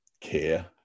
care